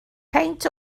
peint